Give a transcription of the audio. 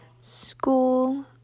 school